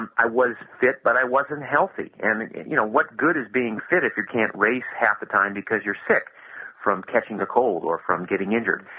and i was fit, but i wasn't healthy, and you know, what good is being fit if you can't race half the time because you are sick from catching the cold or from getting injured.